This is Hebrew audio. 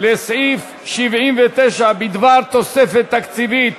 לסעיף 79 בדבר תוספת תקציבית